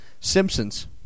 Simpsons